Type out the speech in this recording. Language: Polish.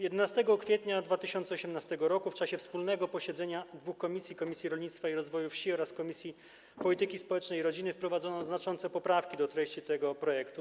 11 kwietnia 2018 r. w czasie wspólnego posiedzenia dwóch komisji: Komisji Rolnictwa i Rozwoju Wsi oraz Komisji Polityki Społecznej i Rodziny, wprowadzono znaczące poprawki do treści tego projektu.